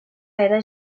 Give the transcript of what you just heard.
era